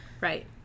Right